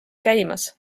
käimas